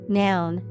noun